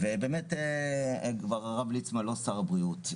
ובאמת כבר הרב ליצמן לא שר הבריאות,